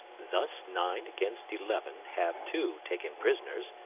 thus nine against eleven have two taken prisoners,